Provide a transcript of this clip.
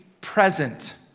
present